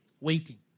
Waiting